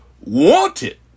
wanted